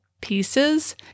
pieces